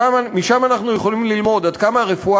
משם אנחנו יכולים ללמוד עד כמה הרפואה